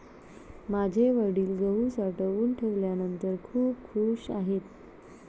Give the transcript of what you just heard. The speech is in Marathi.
माझे वडील गहू साठवून ठेवल्यानंतर खूप खूश आहेत